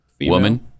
woman